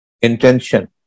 intention